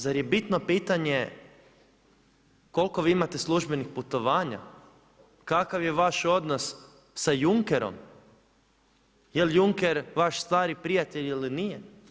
Zar je bitno pitanje koliko vi imate službenih putovanja, kakav je vaš odnos sa Junckerom, jeli Juncker vaš stari prijatelj ili nije?